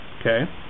okay